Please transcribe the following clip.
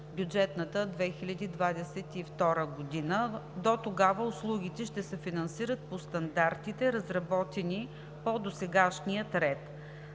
бюджетната 2022 г. Дотогава услугите ще се финансират по стандартите, разработени по досегашния ред.